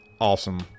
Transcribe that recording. awesome